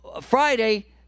Friday